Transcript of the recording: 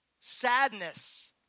Sadness